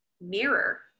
mirror